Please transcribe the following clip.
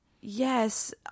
Yes